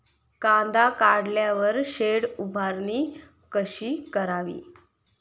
कांदा काढल्यावर शेड उभारणी कशी करावी?